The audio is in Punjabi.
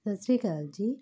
ਸਤਿ ਸ਼੍ਰੀ ਅਕਾਲ ਜੀ